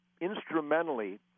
instrumentally